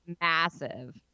massive